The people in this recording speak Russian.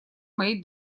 моей